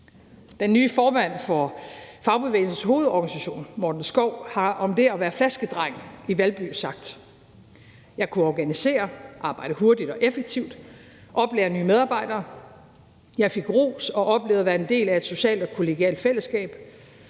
Den nye formand for Fagbevægelsens Hovedorganisation, Morten Skov, har om det at være flaskedreng i Valby sagt: »Jeg kunne organisere, arbejde hurtigt og effektivt, oplære nye medarbejdere, jeg fik ros og oplevede at være en del af et socialt og kollegialt fællesskab.